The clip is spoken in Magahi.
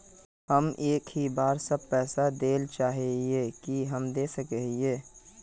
हम एक ही बार सब पैसा देल चाहे हिये की हम दे सके हीये?